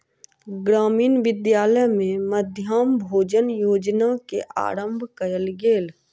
ग्रामीण विद्यालय में मध्याह्न भोजन योजना के आरम्भ कयल गेल